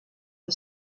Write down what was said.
the